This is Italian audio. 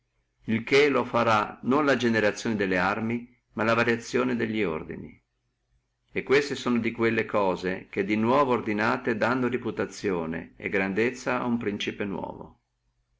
il che farà la generazione delle armi e la variazione delli ordini e queste sono di quelle cose che di nuovo ordinate dànno reputazione e grandezza a uno principe nuovo